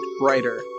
brighter